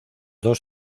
dos